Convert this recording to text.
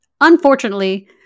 Unfortunately